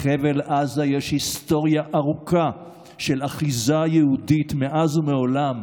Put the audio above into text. לחבל עזה יש היסטוריה ארוכה של אחיזה יהודית מאז ומעולם.